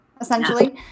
essentially